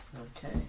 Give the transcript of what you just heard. Okay